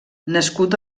nascut